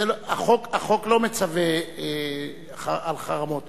החוק לא מצווה על חרמות.